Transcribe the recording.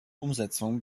umsetzung